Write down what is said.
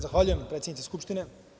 Zahvaljujem, predsednice Skupštine.